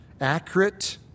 accurate